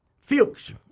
Fuchs